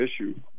issue